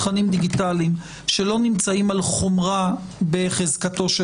תכנים דיגיטליים שלא נמצאים על חומרה בחזקתו של